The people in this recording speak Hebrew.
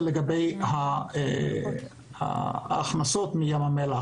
נושא ההכנסות מים המלח: